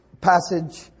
passage